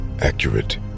accurate